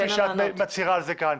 כפי שאת מצהירה על זה כאן.